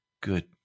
Good